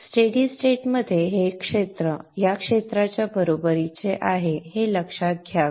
स्थिर स्थितीत हे क्षेत्र या क्षेत्राच्या बरोबरीचे आहे हे लक्षात घ्यावे